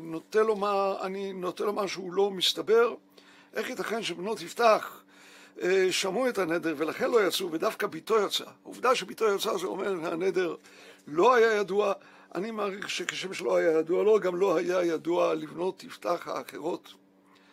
נוטה לומר שהוא לא מסתבר, איך ייתכן שבנות יפתח שמעו את הנדר, ולכן לא יצאו, ודווקא ביתו יצאה. עובדה שביתו יצאה זה אומר הנדר לא היה ידוע, אני מעריך שכשם שלא היה ידוע לו גם לא היה ידוע לבנות יפתח האחרות